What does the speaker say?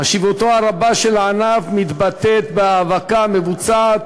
חשיבותו הרבה של הענף מתבטאת בהאבקה המבוצעת